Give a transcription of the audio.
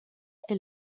est